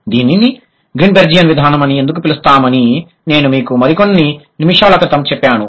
దీనిని గ్రీన్బెర్జియన్ విధానం అని ఎందుకు పిలుస్తామని నేను మీకు మరికొన్ని నిమిషాల క్రితం చెప్పాను